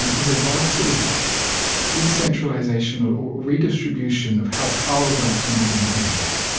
and there's a vast sort of decentralisation or or redistribution of how power works in modern economies,